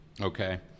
Okay